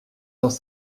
dans